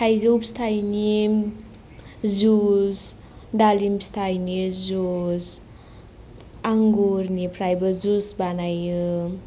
थाइजौ फिथाइनि जुस दालिम फिथाइनि जुस आंगुरनिफ्रायबो जुस बानायो